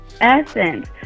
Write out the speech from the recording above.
essence